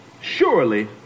Surely